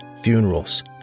funerals